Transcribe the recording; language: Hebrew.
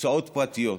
הוצאות פרטיות,